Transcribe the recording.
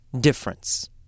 difference